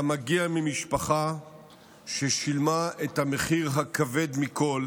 אתה מגיע ממשפחה ששילמה את המחיר הכבד מכול